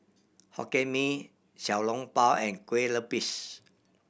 Hokkien Mee Xiao Long Bao and Kueh Lupis